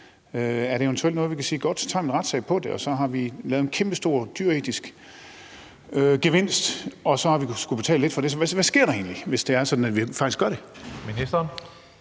Er det eventuelt noget, hvor vi kan sige: Godt, så tager vi en retssag om det, og så har vi fået en kæmpestor dyreetisk gevinst, og så har vi skullet betale lidt for det? Hvad sker der egentlig, hvis det er sådan, at vi faktisk gør det?